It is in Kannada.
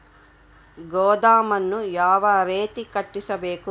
ಗೋದಾಮನ್ನು ಯಾವ ರೇತಿ ಕಟ್ಟಿಸಬೇಕು?